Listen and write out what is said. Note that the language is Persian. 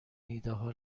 ایدهها